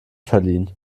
verliehen